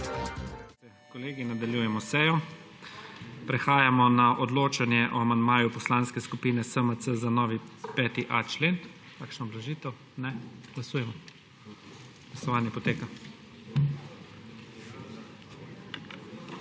kolegi, nadaljujemo s sejo. Prehajamo na odločanje o amandmaju Poslanske skupine SMC za novi 5.a člen. Kakšna obrazložitev? Ne. Glasujemo. Navzočih